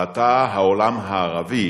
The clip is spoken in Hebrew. ועתה, העולם הערבי